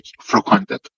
frequented